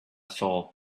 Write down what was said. soul